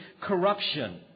corruption